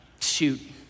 shoot